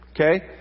Okay